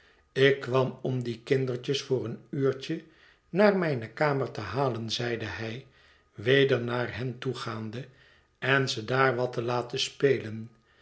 ik kwam om die kindertjes voor een uurtje naar mijne kamer te halen zeide hij weder naar hen toe gaande en ze daar wat te laten spelen